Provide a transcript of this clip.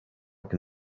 can